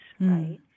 Right